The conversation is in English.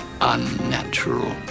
unnatural